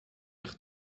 ich